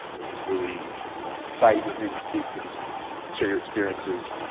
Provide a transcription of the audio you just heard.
it was really exciting to hear you speak and share your experiences.